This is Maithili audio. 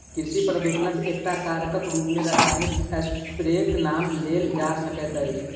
कृषि प्रदूषणक एकटा कारकक रूप मे रासायनिक स्प्रेक नाम लेल जा सकैत अछि